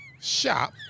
shop